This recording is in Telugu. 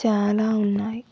చాలా ఉన్నాయి